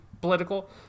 political